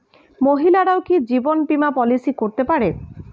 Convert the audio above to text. মহিলারাও কি জীবন বীমা পলিসি করতে পারে?